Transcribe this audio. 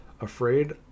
Afraid